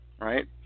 Right